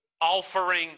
offering